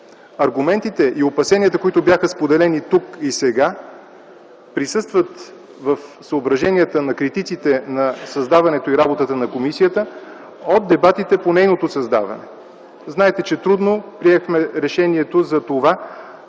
аргументите и опасенията, които бяха споделени тук и сега, присъстват в съображенията на критиците на създаването и работата на комисията от дебатите по нейното създаване. Знаете, че трудно приехме решението да бъде